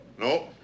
No